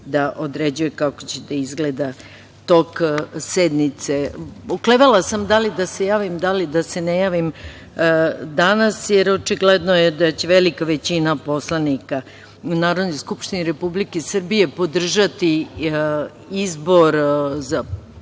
da određuje kako će izgledati tok sednice. Oklevala sam da li da se javim ili da se ne javim danas, jer očigledno je da će velika većina narodih poslanika u Narodnoj skupštini Republike Srbije podržati izbor za prvog